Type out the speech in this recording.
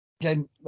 Again